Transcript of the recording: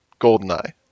Goldeneye